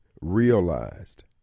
realized